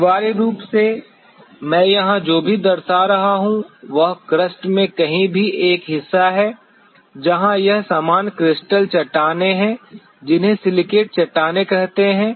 अनिवार्य रूप से मैं यहां जो भी दरशा रहा हूं वह क्रस्ट में कहीं भी एक हिस्सा है जहां यह सामान्य क्रस्टल चट्टानें हैं जिन्हें सिलिकेट चट्टानें कहते हैं